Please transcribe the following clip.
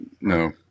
no